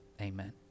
amen